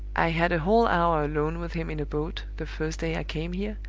i had a whole hour alone with him in a boat, the first day i came here,